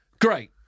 great